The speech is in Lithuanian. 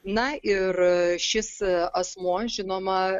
na ir šis asmuo žinoma